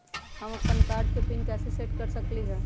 हम अपन कार्ड के पिन कैसे सेट कर सकली ह?